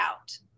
out